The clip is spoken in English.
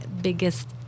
biggest